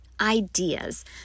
ideas